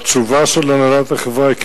התשובה של הנהלת החברה היא כדלהלן: